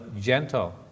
gentle